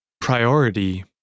Priority